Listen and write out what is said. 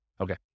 Okay